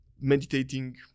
meditating